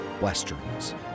Westerns